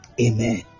Amen